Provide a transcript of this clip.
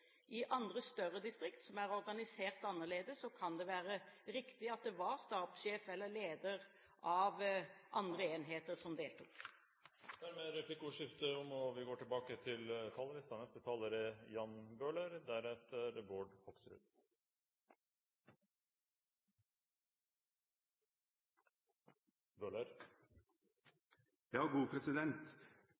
I andre, større distrikt som er organisert annerledes, kan det være riktig at det var stabssjef eller leder av andre enheter som deltok. Replikkordskiftet er omme. Da vi